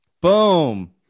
Boom